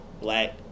black